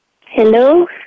Hello